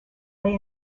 lay